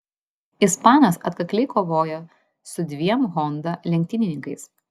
ispanas atkakliai kovojo su dviem honda lenktynininkais